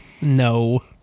No